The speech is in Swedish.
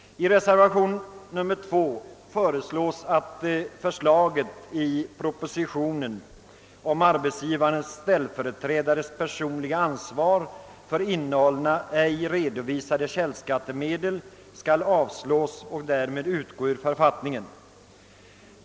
I reservationen 2 hemställs att förslagen i propositionen om att ställföreträdare för arbetsgivaren skall få personligt ansvar för innehållna ej redovisade källskattemedel skall avslås och därmed utgå ur författningen.